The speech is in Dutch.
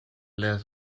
les